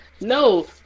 No